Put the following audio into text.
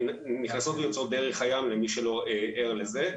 נכנסות ויוצאות דרך הים, למי שלא ער לזה.